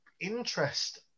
interest